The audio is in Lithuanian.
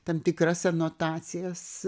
tam tikras anotacijas